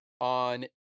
on